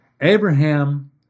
Abraham